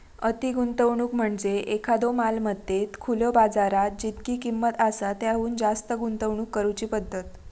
अति गुंतवणूक म्हणजे एखाद्यो मालमत्तेत खुल्यो बाजारात जितकी किंमत आसा त्याहुन जास्त गुंतवणूक करुची पद्धत